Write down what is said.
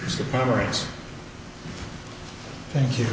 es thank you